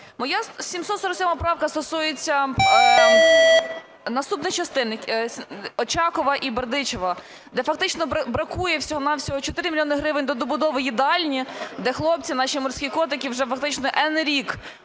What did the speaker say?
Моя 747 правка стосується наступних частин Очакова і Бердичева, де фактично бракує всього-на-всього 4 мільйони гривень для добудови їдальні, де хлопці наші "морські котики" вже фактично енний